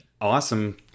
awesome